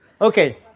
Okay